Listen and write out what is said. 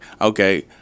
Okay